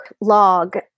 log